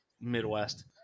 Midwest